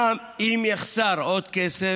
גם אם יחסר עוד כסף,